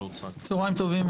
צהריים טובים,